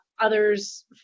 Others